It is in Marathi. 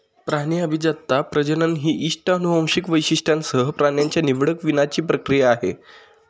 प्राणी अभिजातता, प्रजनन ही इष्ट अनुवांशिक वैशिष्ट्यांसह प्राण्यांच्या निवडक वीणाची प्रक्रिया आहे